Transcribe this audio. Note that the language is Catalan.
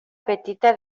petita